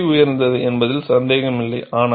இது விலை உயர்ந்தது என்பதில் சந்தேகமில்லை